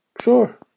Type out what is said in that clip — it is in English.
sure